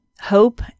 hope